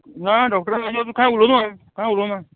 ना डॉक्टर तुका काय उलो ना कांय उलोवं ना